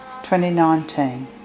2019